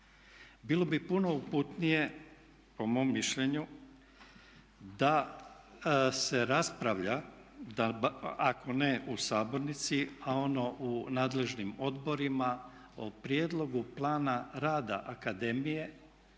Bilo bi puno uputnije, po mom mišljenju, da se raspravlja, ako ne u sabornici a ono u nadležnim odborima, o prijedlogu plana rada akademije